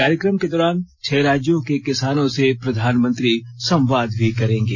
कार्यक्रम के दौरान छह राज्यों के किसानों से प्रधानमंत्री संवाद भी करेंगे